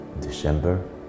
December